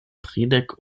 tridek